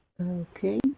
okay